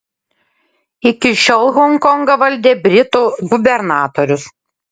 iki šiol honkongą valdė britų gubernatorius